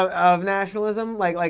of nationalism. like. like